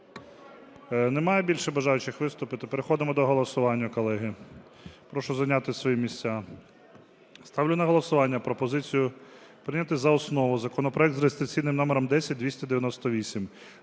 Немає більше бажаючих виступити? Переходимо до голосування, колеги. Прошу зайняти свої місця. Ставлю на голосування пропозицію прийняти за основу законопроект за реєстраційним номером 10298: